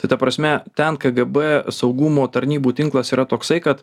tai ta prasme ten ką kgb saugumo tarnybų tinklas yra toksai kad